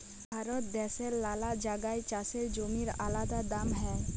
ভারত দ্যাশের লালা জাগায় চাষের জমির আলাদা দাম হ্যয়